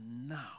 now